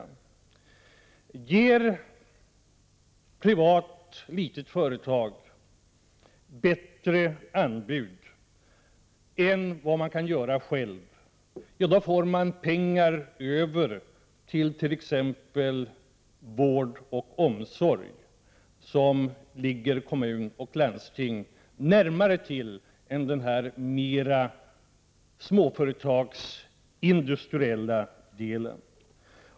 Om ett litet privat företag ger bättre anbud än vad kommunen själv kan göra, blir det pengar över t.ex. till vård och omsorg, som ligger närmare till för kommuner och landsting än för småföretagsindustrin.